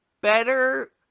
better